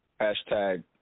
Hashtag